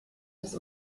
das